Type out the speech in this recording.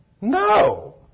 No